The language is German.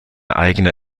eigene